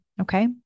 Okay